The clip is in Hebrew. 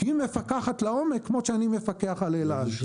מפקחת לעומק כמו שאני מפקח על אל-על.